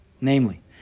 namely